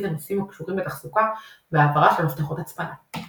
הנושאים הקשורים בתחזוקה והעברה של מפתחות הצפנה.